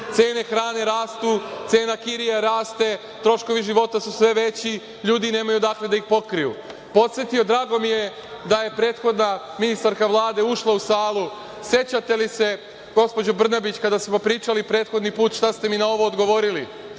Cene hrane rastu, cena kirija raste, troškovi života su sve veći, ljudi nemaju odakle da ih pokriju. Drago mi je da je prethodna ministarka Vlade ušla u salu. Sećate li se, gospođo Brnabić, kada smo pričali prethodni put šta ste mi na ovo odgovorili?